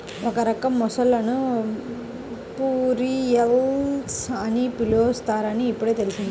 ఒక రకం మొసళ్ళను ఘరియల్స్ అని పిలుస్తారని ఇప్పుడే తెల్సింది